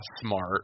smart